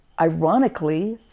ironically